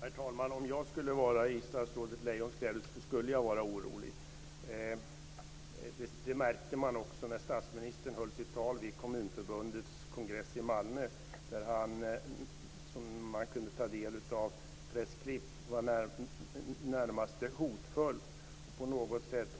Herr talman! Om jag skulle vara i statsrådet Lejons kläder, skulle jag vara orolig. När statsministern höll sitt tal vid Kommunförbundets kongress i Malmö, som man kunde ta del av via pressklipp, var han närmast hotfull.